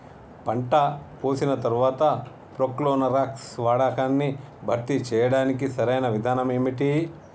పంట కోసిన తర్వాత ప్రోక్లోరాక్స్ వాడకాన్ని భర్తీ చేయడానికి సరియైన విధానం ఏమిటి?